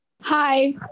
Hi